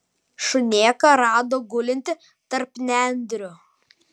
šunėką rado gulintį tarp nendrių